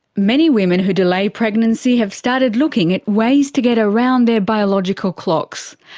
many women who delay pregnancy have started looking at ways to get around their biological clocks.